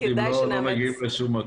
אם לא, לא מגיעים לשום מקום.